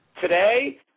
today